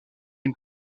une